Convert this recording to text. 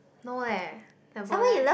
no leh never leh